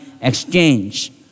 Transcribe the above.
exchange